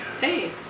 Hey